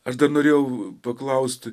aš dar norėjau paklausti